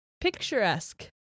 Picturesque